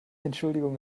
entschuldigung